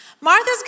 Martha's